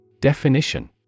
Definition